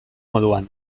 moduan